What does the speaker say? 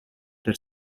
that